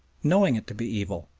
knowing it to be evil,